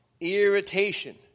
irritation